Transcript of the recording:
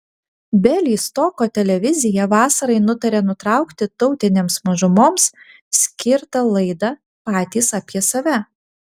bialystoko televizija vasarai nutarė nutraukti tautinėms mažumoms skirtą laidą patys apie save